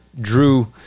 drew